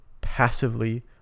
passively